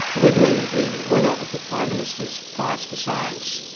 with me, the winner of the prime minister's prize for science,